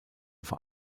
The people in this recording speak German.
vor